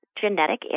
genetic